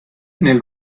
nel